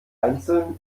einzeln